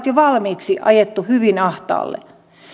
jo valmiiksi ajettu hyvin ahtaalle